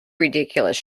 ridiculous